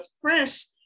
fresh